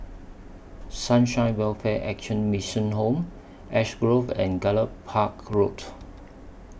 Sunshine Welfare Action Mission Home Ash Grove and Gallop Park Road